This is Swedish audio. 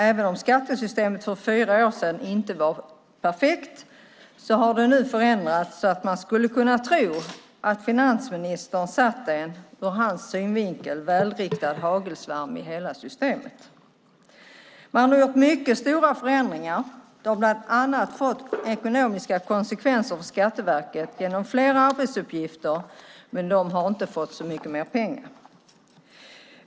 Även om skattesystemet för fyra år sedan inte var perfekt har det nu förändrats så att man skulle tro att finansministern satt en ur hans synvinkel välriktad hagelsvärm i hela systemet. Man har gjort mycket stora förändringar, och det har bland annat fått ekonomiska konsekvenser för Skatteverket genom fler arbetsuppgifter, men Skatteverket har inte fått så mycket mer pengar.